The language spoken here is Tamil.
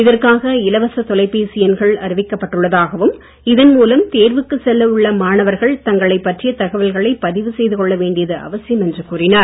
இதற்காக இலவச தொலைபேசி எண்கள் அறிவிக்கப் பட்டுள்ளதாகவும் இதன் மூலம் தேர்வுக்கு செல்ல உள்ள மாணவர்கள் தங்களைப் பற்றிய தகவல்களை பதிவு செய்து கொள்ள வேண்டியது அவசியம் என்றும் கூறினார்